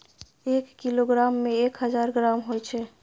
एक किलोग्राम में एक हजार ग्राम होय छै